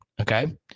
Okay